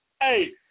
Hey